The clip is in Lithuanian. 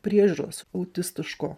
priežiūros autistiško